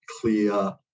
clear